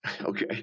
okay